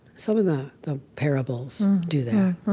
some of the the parables do that